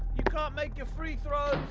you can't make your free throws.